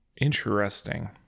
Interesting